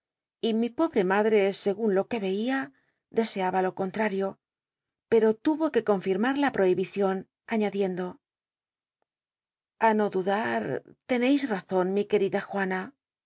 y mi pobre madre segun lo que veia deseaba lo conllnl'io pero tuvo que confirmar la probibicion añadiendo a no dudat teneis razon mi quel'ida juana